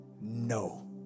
No